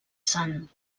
sant